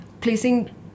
placing